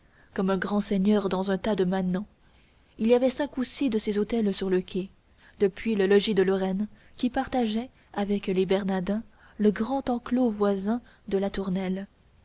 comme un grand seigneur dans un tas de manants il y avait cinq ou six de ces hôtels sur le quai depuis le logis de lorraine qui partageait avec les bernardins le grand enclos voisin de la tournelle